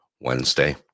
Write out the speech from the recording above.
wednesday